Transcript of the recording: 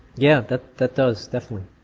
yeah that that does. definitely